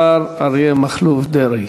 השר אריה מכלוף דרעי.